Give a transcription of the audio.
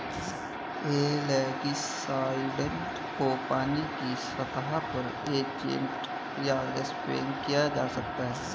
algicides को पानी की सतह पर इंजेक्ट या स्प्रे किया जा सकता है